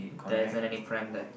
there isn't any pram there